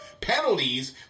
penalties